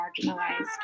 marginalized